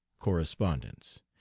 correspondence